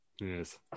Yes